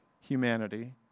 humanity